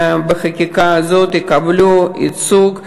שבחקיקה הזאת נשים יקבלו ייצוג.